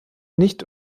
nicht